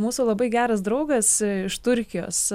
mūsų labai geras draugas iš turkijos